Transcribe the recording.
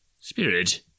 Spirit